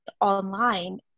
online